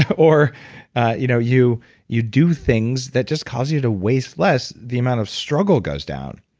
or you know you you do things that just cause you to waste less, the amount of struggle goes down.